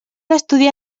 estudiar